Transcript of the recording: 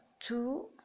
two